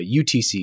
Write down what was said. UTC